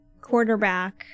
quarterback